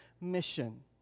mission